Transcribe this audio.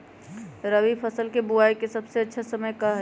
रबी फसल के बुआई के सबसे अच्छा समय का हई?